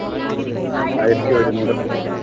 ആയിരത്തി ഒരുന്നൂറ്